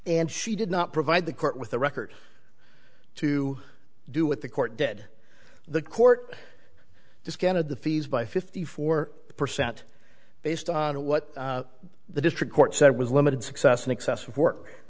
and she did not provide the court with a record to do what the court did the court discounted the fees by fifty four percent based on what the district court said was limited success in excess of work